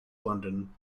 london